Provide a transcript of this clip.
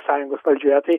sąjungos valdžioje tai